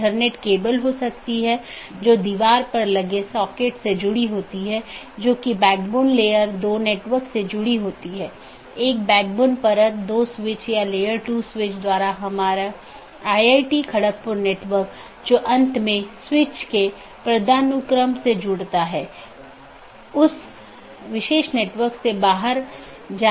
इसका मतलब है कि BGP का एक लक्ष्य पारगमन ट्रैफिक की मात्रा को कम करना है जिसका अर्थ है कि यह न तो AS उत्पन्न कर रहा है और न ही AS में समाप्त हो रहा है लेकिन यह इस AS के क्षेत्र से गुजर रहा है